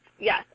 yes